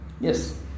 Yes